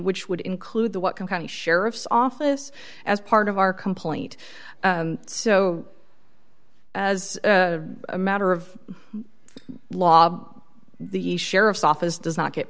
which would include the what county sheriff's office as part of our complaint so as a matter of law the sheriff's office does not get